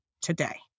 today